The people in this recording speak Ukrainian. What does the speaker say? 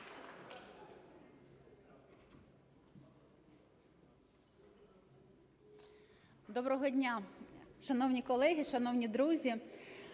Доброго дня, шановні колеги, шановні друзі.